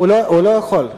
הוא לא יכול.